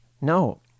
No